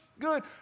good